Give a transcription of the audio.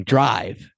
Drive